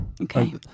Okay